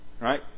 Right